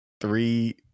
Three